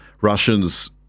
Russians